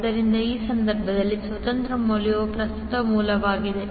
ಆದ್ದರಿಂದ ಈ ಸಂದರ್ಭದಲ್ಲಿ ಸ್ವತಂತ್ರ ಮೂಲವು ಪ್ರಸ್ತುತ ಮೂಲವಾಗಿದೆ